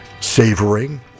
savoring